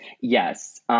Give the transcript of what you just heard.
Yes